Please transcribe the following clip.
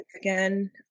again